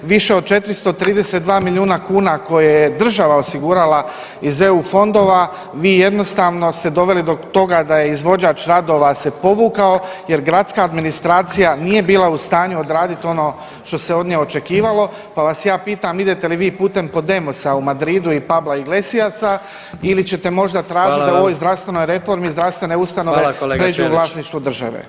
Više od 432 milijuna kuna koje je država osigurala iz EU fondova vi jednostavno ste doveli do toga da se izvođač radova povukao jer gradska administracija nije bila u stanju odraditi ono što se od nje očekivalo pa vas ja pitam idete li vi putem Podemosa u Madridu i Pabla Iglesiasa ili ćete možda tražiti [[Upadica predsjednik: Hvala vam.]] da u ovoj zdravstvenoj reformi zdravstvene ustanove prijeđu u vlasništvo države.